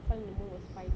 one moment was fine